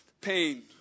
pain